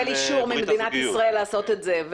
שהם צריכים לקבל אישור ממדינת ישראל לעשות את זה.